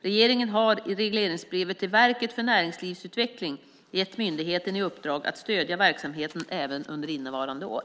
Regeringen har i regleringsbrevet till Verket för näringslivsutveckling gett myndigheten i uppdrag att stödja verksamheten även under innevarande år.